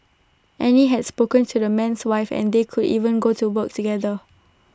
Annie has spoken to the man's wife and they could even go to work together